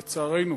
לצערנו,